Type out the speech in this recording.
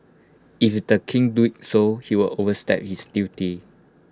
if the king do so he would overstep his duty